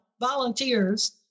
volunteers